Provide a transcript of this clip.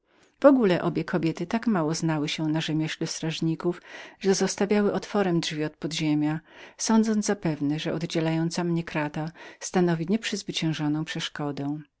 w ogóle obie kobiety tak mało znały się na rzemiośle strażników że zostawiały otworem drzwi od podziemia sądząc zapewne że oddzielająca mnie krata była nieprzezwyciężoną przeszkodą